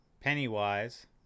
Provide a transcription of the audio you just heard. Pennywise